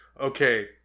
okay